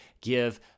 give